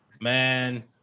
Man